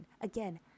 Again